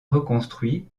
reconstruit